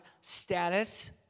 status